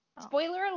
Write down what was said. spoiler